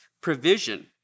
provision